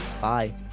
Bye